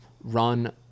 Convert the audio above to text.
run